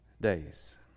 days